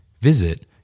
Visit